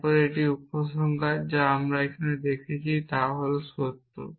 তারপর একটি উপসংহার যা আমরা দেখেছি তা হল সত্য